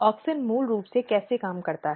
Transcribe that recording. auxin मूल रूप से कैसे काम करता है